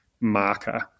marker